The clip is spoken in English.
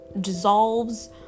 dissolves